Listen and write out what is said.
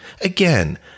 Again